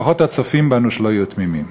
לפחות הצופים בנו שלא יהיו תמימים: